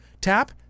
Tap